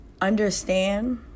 understand